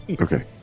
Okay